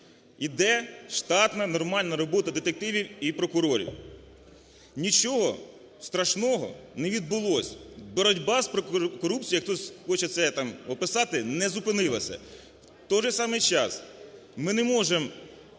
йде штатна нормальна робота детективів і прокурорів. Нічого страшного не відбулось, боротьба з корупцією, як хтось хоче це, там, описати, не зупинилася. В той же самий час, ми не можемо